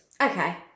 Okay